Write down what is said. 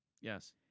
Yes